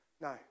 No